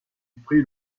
prit